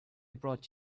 brought